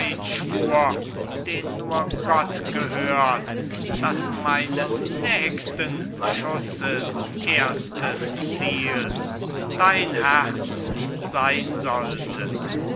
den nur gott gehört dass meines nächsten schusses erstes ziel dein herz sein sollte